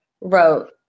wrote